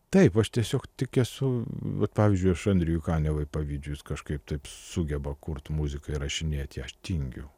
taip aš tiesiog tik esu bet pavyzdžiui aš andriui kaniavai pavydžiu jis kažkaip taip sugeba kurt muziką įrašinėti ją aš tingiu